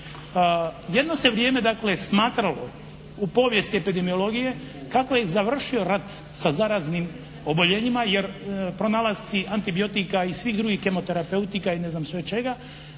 Jedno se vrijeme dakle smatralo u povijesti epidemiologije kako je završio rat sa zaraznim oboljenjima jer pronalasci antibiotika i svih drugih kemoterapeutika i ne znam sve čega,